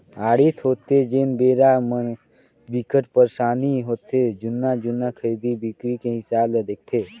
audit होथे तेन बेरा म बिकट परसानी होथे जुन्ना जुन्ना खरीदी बिक्री के हिसाब ल देखथे